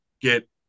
get